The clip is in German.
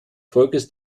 volkes